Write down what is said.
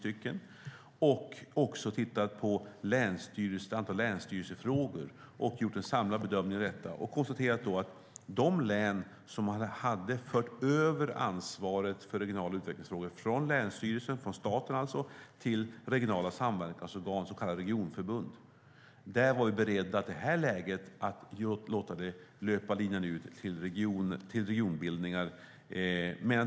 Vi har också tittat på ett antal länsstyrelsefrågor och gjort en samlad bedömning av detta. Vi konstaterade då att för de län som hade fört över ansvaret för regionala utvecklingsfrågor från länsstyrelsen, alltså staten, till regionala samverkansorgan, så kallade regionförbund, var vi i det läget beredda att löpa linan ut till regionbildningar.